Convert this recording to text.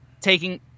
taking